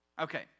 Okay